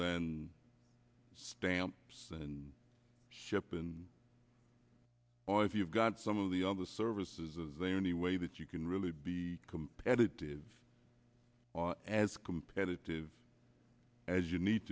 than stamps and ship and well if you've got some of the other services is there any way that you can really be competitive or as competitive as you need